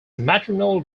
maternal